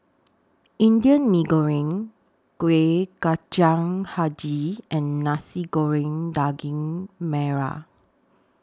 Indian Mee Goreng Kuih Kacang Hijau and Nasi Goreng Daging Merah